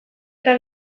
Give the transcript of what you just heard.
eta